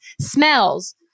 smells